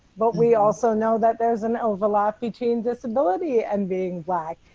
but we also know that there is an overlap between disability and being black,